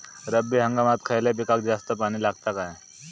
रब्बी हंगामात खयल्या पिकाक जास्त पाणी लागता काय?